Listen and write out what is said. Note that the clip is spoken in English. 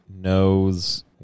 knows